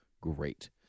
great